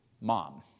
mom